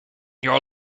your